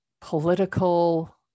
political